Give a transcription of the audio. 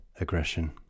Aggression